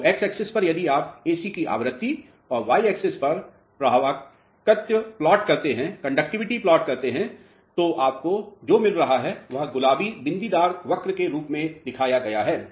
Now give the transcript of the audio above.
तो x axis पर यदि आप एसी की आवृत्ति और y axis पर प्रवाहकत्त्व प्लॉट करते हैं तो आपको जो मिल रहा है वह गुलाबी बिंदीदार वक्र के रूप में दिखाया गया है